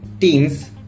teams